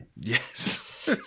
Yes